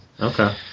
Okay